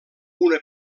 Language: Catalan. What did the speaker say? una